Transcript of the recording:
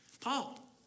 Paul